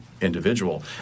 individual